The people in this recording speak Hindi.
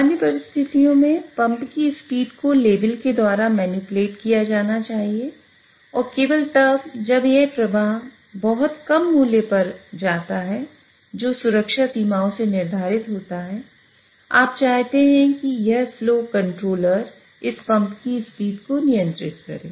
सामान्य परिस्थितियों में पंप की स्पीड को लेवल के द्वारा मैन्यूप्लेट किया जाना चाहिए और केवल तब जब यह प्रवाह बहुत कम मूल्य पर जाता है जो सुरक्षा सीमाओं से निर्धारित होता है आप चाहते हैं कि यह फ्लो कंट्रोलर इस पंप की स्पीड को नियंत्रित करे